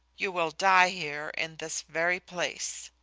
you will die here in this very place.